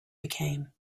became